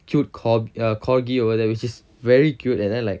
cute corg~ corgi over there which is very cute and then like